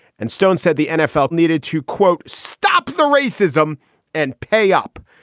and stone said the nfl needed to, quote, stop the racism and pay up.